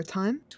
time